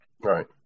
Right